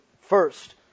first